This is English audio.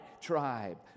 tribe